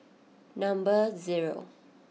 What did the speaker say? number zero